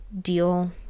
deal